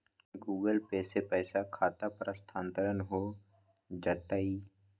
Google Pay से पईसा खाता पर स्थानानंतर हो जतई?